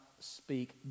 speak